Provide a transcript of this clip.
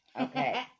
Okay